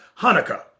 Hanukkah